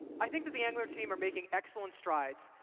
i think that the angular team are making excellent strides,